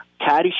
Caddyshack